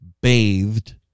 bathed